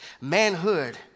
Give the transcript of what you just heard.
manhood